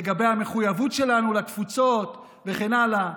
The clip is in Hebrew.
לגבי המחויבות שלנו לתפוצות וכן הלאה.